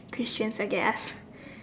Christians I guess